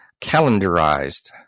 Calendarized